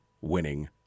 winning